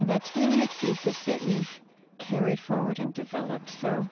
and that's really a thesis that you've carried forward and developed. so